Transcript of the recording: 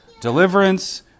deliverance